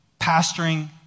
pastoring